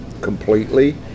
completely